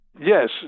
Yes